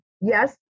yes